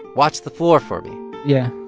watch the floor for me yeah.